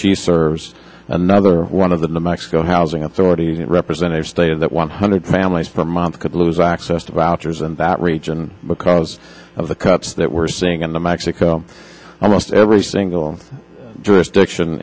she serves another one of them the mexico housing authority representative stated that one hundred families per month could lose access to vouchers and that region because of the that we're seeing in the mexico almost every single jurisdiction